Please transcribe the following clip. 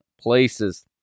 places